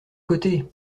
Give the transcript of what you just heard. côté